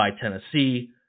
Tennessee